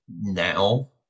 now